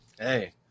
Hey